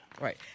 Right